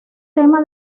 tema